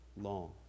long